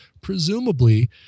presumably